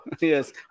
Yes